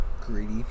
greedy